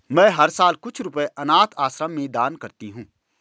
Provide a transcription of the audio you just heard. मैं हर साल कुछ रुपए अनाथ आश्रम में दान करती हूँ